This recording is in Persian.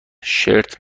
شرت